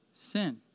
sin